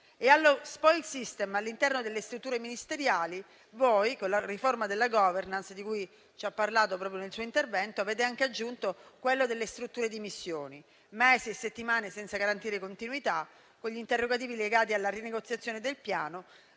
Allo *spoils system* all'interno delle strutture ministeriali, con la riforma della *governance* di cui ci ha parlato proprio nel suo intervento, avete anche aggiunto quello delle strutture di missione. Mesi e settimane senza garantire continuità, con gli interrogativi legati alla rinegoziazione del Piano,